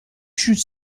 should